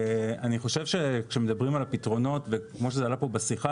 אני חושב שכשמדברים על הפתרונות וכמו שזה עלה כאן בשיחה,